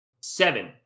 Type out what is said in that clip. seven